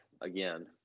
again